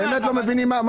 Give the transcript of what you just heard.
אני